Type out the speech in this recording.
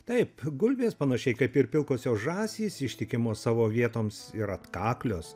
taip gulbės panašiai kaip ir pilkosios žąsys ištikimos savo vietoms ir atkaklios